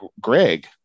Greg